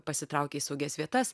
pasitraukė į saugias vietas